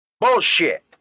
Bullshit